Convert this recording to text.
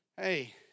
Hey